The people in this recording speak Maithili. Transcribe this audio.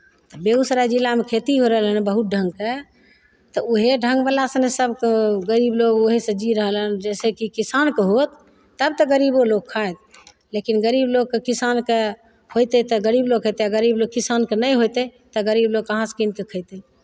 तऽ बेगूसराय जिलामे खेती होय रहल बहुत ढङ्गके तऽ उएह ढङ्गवलासँ नहि सब गरीब लोग वहीसँ जी रहलै हन जैसन कि किसानके होत तब तऽ गरीबो लोक खायत लेकिन गरीब लोकके किसानके होयतै तऽ गरीब लोक खयतै आ गरीब लोक किसानके नहि होइतै तऽ गरीब लोक कहाँसँ कीन कऽ खयतै